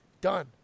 Done